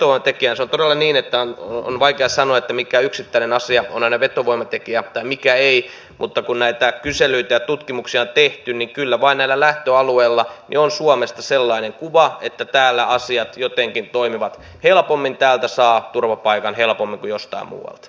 se on todella niin että on vaikea sanoa mikä yksittäinen asia on aina vetovoimatekijä ja mikä ei mutta kun näitä kyselyitä ja tutkimuksia on tehty niin kyllä vain näillä lähtöalueilla on suomesta sellainen kuva että täällä asiat jotenkin toimivat helpommin täältä saa turvapaikan helpommin kuin jostain muualta